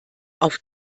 auf